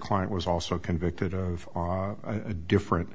client was also convicted of a different